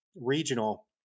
regional